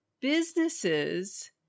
businesses